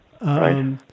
Right